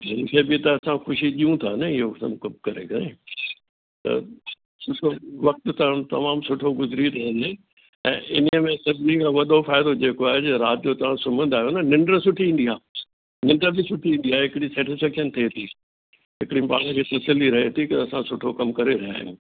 इहा बि असां ख़ुशी ॾियूं था न इहो सभु करे करे त वक़्ति त तमामु सुठो गुज़री थो वञे ऐं हिन में सभिनी खां वॾो फ़ाइदो जेको आहे जंहिं राति जो तव्हां सुम्हंदो आहियां न त निंड सुठी ईंदी आहे निंड बि सुठी ईंदी आहे ऐं हिकिड़ी सैटिस्फैक्शन थिए थी हिकिड़ी पाण खे तसली रहे थी की असां सुठो कमु करे रहिया आहियूं